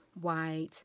white